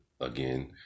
again